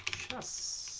chess